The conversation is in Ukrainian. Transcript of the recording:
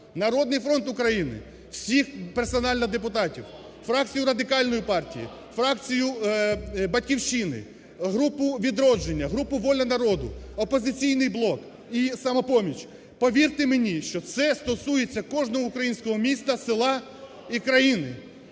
"Народний фронт України", всіх персонально депутатів, фракцію Радикальної партії, фракцію "Батьківщини", групу "Відродження", групу "Воля народу", "Опозиційний блок" і "Самопоміч", повірте мені, що це стосується кожного українського міста, села і країни.